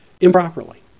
improperly